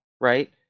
Right